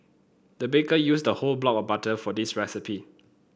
the baker used a whole block of butter for this recipe